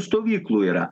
stovyklų yra